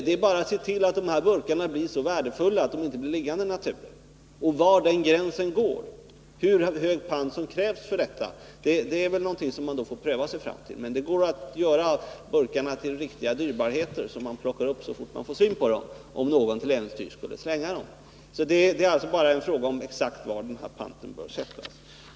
Det är bara att se till att dessa burkar blir så värdefulla att de inte blir liggande i naturen. Var den gränsen går, hur hög pant som krävs för detta är någonting som man måste pröva sig fram till. Men det går att göra burkarna till riktiga dyrbarheter, som människor plockar upp så fort de får syn på dem, om någon till äventyrs skulle slänga dem. Det är alltså bara fråga om att komma fram till exakt hur högt den paaten bör sättas.